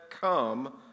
come